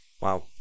Wow